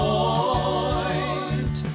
Point